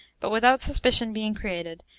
but without suspicion being created,